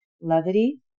Levity